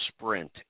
sprint